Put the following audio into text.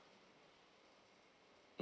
mm